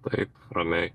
taip ramiai